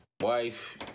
wife